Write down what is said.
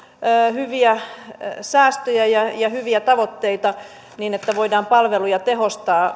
hyviä säästöjä ja ja hyviä tavoitteita niin että voidaan palveluja tehostaa